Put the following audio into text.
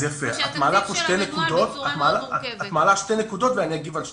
את מעלה כאן שתי נקודות ואני אגיב על שתיהן.